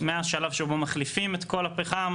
שמהשלב שבו מחליפים את כל הפחם,